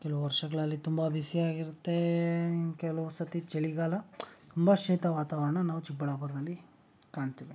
ಕೆಲವು ವರ್ಷಗಳಲ್ಲಿ ತುಂಬ ಬಿಸಿಯಾಗಿರುತ್ತೆ ಕೆಲವು ಸತಿ ಚಳಿಗಾಲ ತುಂಬ ಶೀತ ವಾತಾವರಣ ನಾವು ಚಿಕ್ಕಬಳ್ಳಾಪುರ್ದಲ್ಲಿ ಕಾಣ್ತೀವಿ